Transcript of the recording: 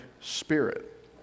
spirit